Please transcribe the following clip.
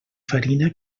farina